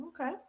Okay